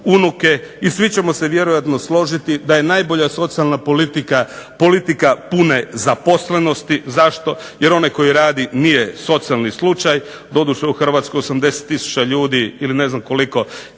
i svi ćemo se vjerojatno složiti da je najbolja socijalna politika politika pune zaposlenosti. Zašto? Jer onaj koji radi nije socijalni slučaj. Doduše u Hrvatskoj 80 tisuća ljudi, ili ne znam koliko,